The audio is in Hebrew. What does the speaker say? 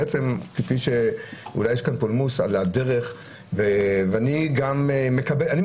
בעצם כפי שאולי יש כאן פולמוס על הדרך ואני גם מקבל